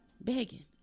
begging